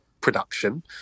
production